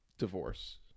Divorce